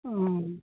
অঁ